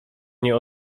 nie